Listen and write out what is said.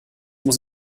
muss